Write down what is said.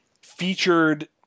featured